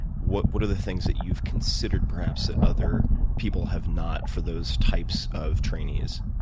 what what are the things that you've considered, perhaps, that other people have not for those types of trainees?